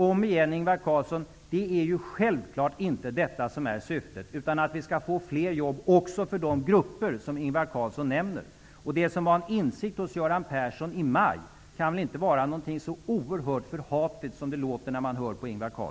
Om igen, Ingvar Carlsson: Det är självklart inte detta som är syftet, utan det är att vi skall få fler jobb också för de grupper som Ingvar Carlsson nämner. Och det som var en insikt hos Göran Persson i maj kan väl inte vara någonting så oerhört förhatligt som det låter när man hör på Ingvar